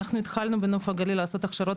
ואנחנו התחלנו לעשות בנוף הגליל הכשרות